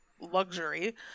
luxury